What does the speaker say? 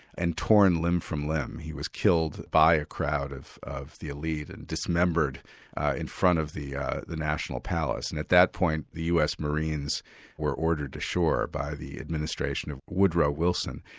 and torn limb from limb. he was killed by a crowd of of the elite and dismembered in front of the the national palace. and at that point, the us marines were ordered ashore by the administration of woodrow wilson.